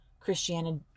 christianity